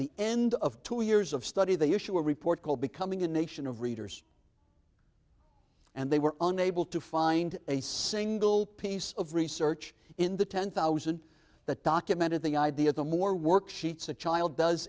the end of two years of study they issue a report called becoming a nation of readers and they were unable to find a single piece of research in the ten thousand that documented the idea the more worksheets a child does